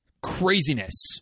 craziness